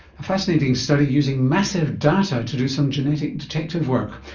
a fascinating study using massive data to do some genetic detective work.